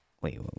wait